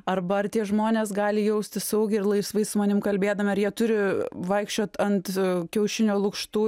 arba ar tie žmonės gali jaustis saugiai ir laisvai su manim kalbėdami ar jie turi vaikščiot ant kiaušinio lukštų